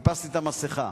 חיפשתי את המסכה,